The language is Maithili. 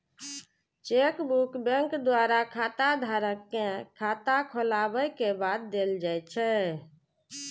चेकबुक बैंक द्वारा खाताधारक कें खाता खोलाबै के बाद देल जाइ छै